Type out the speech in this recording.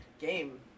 game